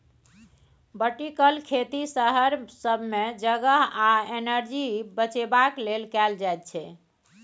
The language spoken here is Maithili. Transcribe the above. बर्टिकल खेती शहर सब मे जगह आ एनर्जी बचेबाक लेल कएल जाइत छै